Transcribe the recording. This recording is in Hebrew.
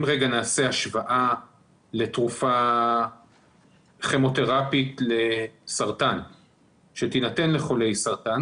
אם נעשה השוואה לתרופה כימותרפית לסרטן שתינתן לחולי סרטן,